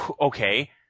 okay